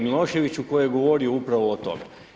Miloševiću koji je govorio upravo o tome.